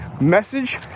message